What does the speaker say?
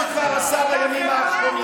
נוסף למה שכבר עשה בימים האחרונים,